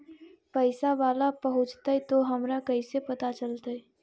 पैसा बाला पहूंचतै तौ हमरा कैसे पता चलतै?